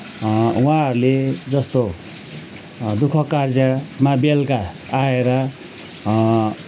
उहाँहरूले जस्तो दुखः कार्जेमा बेलुका आएर